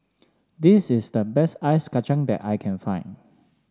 this is the best Ice Kachang that I can find